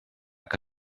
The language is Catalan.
que